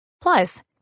Plus